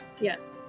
Yes